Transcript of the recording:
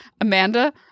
Amanda